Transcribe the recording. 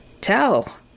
tell